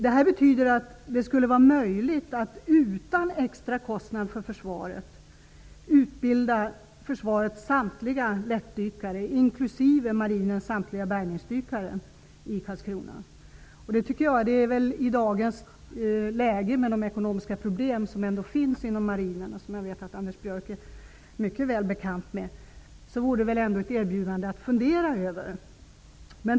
Detta betyder att det skulle vara möjligt att utan extra kostnader för I dagens läge, med de ekonomiska problem som finns inom Marinen, som jag vet att Anders Björck är mycket väl bekant med, vore det ett erbjudande att fundera över.